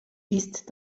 ist